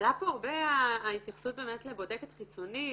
עלתה פה הרבה ההתייחסות לבודקת חיצונית